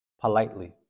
politely